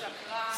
שקרן.